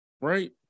right